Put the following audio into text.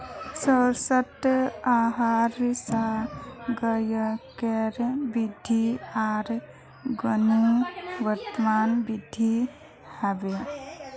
स्वस्थ आहार स गायकेर वृद्धि आर गुणवत्तावृद्धि हबे